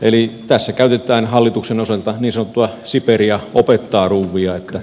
eli tässä käytetään hallituksen osalta niin sanottua siperia opettaa ruuvia että